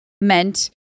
meant